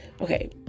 okay